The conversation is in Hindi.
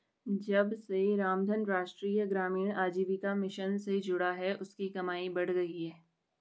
जब से रामधन राष्ट्रीय ग्रामीण आजीविका मिशन से जुड़ा है उसकी कमाई बढ़ गयी है